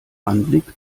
anblick